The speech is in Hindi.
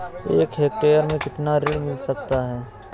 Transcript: एक हेक्टेयर में कितना ऋण मिल सकता है?